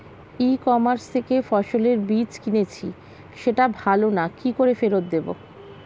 ই commerce থেকে ফসলের বীজ কিনেছি সেটা ভালো না কি করে ফেরত দেব?